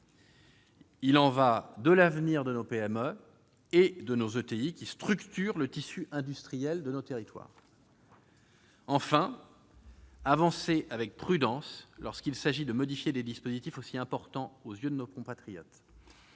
Il y va de l'avenir de nos PME et de nos ETI, qui structurent le tissu industriel de nos territoires. Troisième principe : avancer avec prudence lorsqu'il s'agit de modifier des dispositifs aussi importants aux yeux de nos compatriotes.